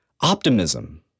optimism